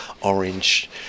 orange